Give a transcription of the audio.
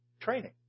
training